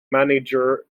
manager